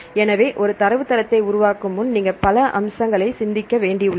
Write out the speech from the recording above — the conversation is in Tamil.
எனவே ஒரு தரவுத்தளத்தை உருவாக்கும் முன் நீங்கள் பல அம்சங்களை சிந்திக்க வேண்டி உள்ளது